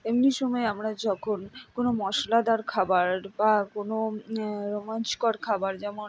এমনি সময় আমরা যখন কোনো মশলাদার খাবার বা কোনো রোমাঞ্চকর খাবার যেমন